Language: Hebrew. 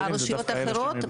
והרשויות אחרות,